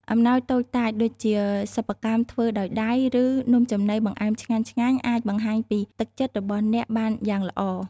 អំណោយតូចតាច ដូចជាសិប្បកម្មធ្វើដោយដៃ ឬ នំចំណីបង្អែមឆ្ងាញ់ៗ អាចបង្ហាញពីទឹកចិត្តរបស់អ្នកបានយ៉ាងល្អ។